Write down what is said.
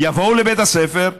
יבואו לבית הספר,